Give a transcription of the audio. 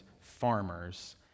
farmers